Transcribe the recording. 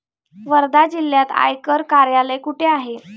वर्धा जिल्ह्यात आयकर कार्यालय कुठे आहे?